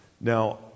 Now